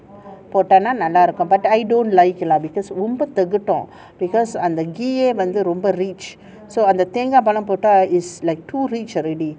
போட்டா நல்ல இருக்கும்:potta nalla irukku but I don't like lah because ரொம்ப தெகட்டும்:romba thegattum because அந்த:antha ghee யே வந்து:ye vanthu rich so அந்த தேங்கா பால் ள போட்டா:antha thengaa paala potta is like too rich already